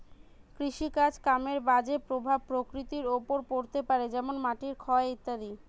কৃষিকাজ কামের বাজে প্রভাব প্রকৃতির ওপর পড়তে পারে যেমন মাটির ক্ষয় ইত্যাদি